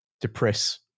depress